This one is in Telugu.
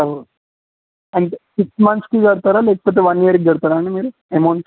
అంటే సిక్స్ మంత్స్కి కడతారా లేకపోతే వన్ ఇయర్కి కడతారా అండి మీరు అమౌంట్